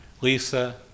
Lisa